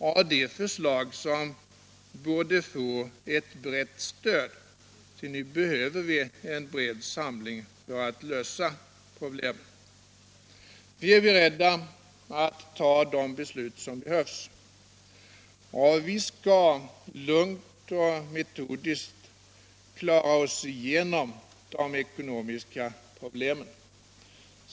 Och det är förslag som borde få ett brett stöd, ty nu behöver vi en bred samling för att lösa problemen. Vi är beredda att fatta de beslut som behövs, och vi skall lugnt och metodiskt klara oss igenom de ekonomiska problemen.